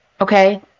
Okay